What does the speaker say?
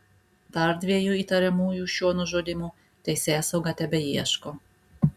dar dviejų įtariamųjų šiuo nužudymu teisėsauga tebeieško